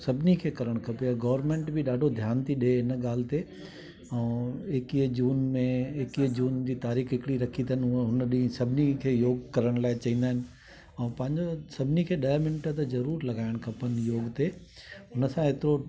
सभिनी खे करणु खपे गॉरमेंट बि ॾाढो ध्यानु थी ॾिए हिन ॻाल्हि ते ऐं एकवीअ जून में एकवीह जून जी तारीख़ हिकिड़ी रखी अथन हूअ हुन ॾींहं सभिनी खे योग करण लाइ चवंदा अहिनि ऐं पंहिंजो सभिनी खे ॾह मिंट जरूर लॻाइण खपनि योग ते उन सां एतिरो